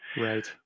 Right